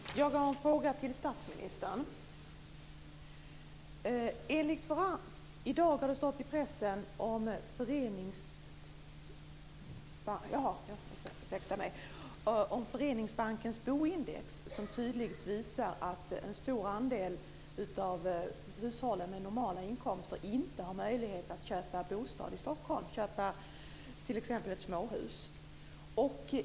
Fru talman! Jag har en fråga till statsministern. I dag har det stått i pressen om Föreningssparbankens boindex som tydligt visar att en stor andel av hushållen med normala inkomster inte har möjlighet att köpa bostad, t.ex. ett småhus, i Stockholm.